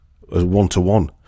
one-to-one